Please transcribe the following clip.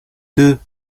deux